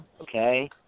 Okay